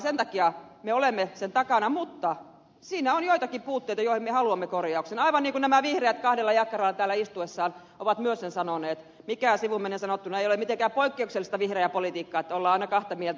sen takia me olemme sen takana mutta siinä on joitakin puutteita joihin me haluamme korjauksen aivan niin kuin nämä vihreät kahdella jakkaralla täällä istuessaan ovat myös sanoneet mikä sivumennen sanottuna ei ole mitenkään poikkeuksellista vihreää politiikkaa että ollaan aina kahta mieltä